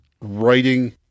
writing